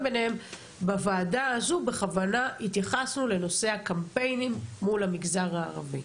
בוועדה הזו בכוונה התייחסנו לנושא הקמפיינים מול המגזר הערבי.